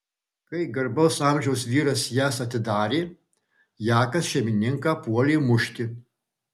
kai garbaus amžiaus vyras jas atidarė jakas šeimininką puolė mušti